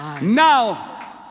Now